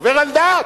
עובר על דעת.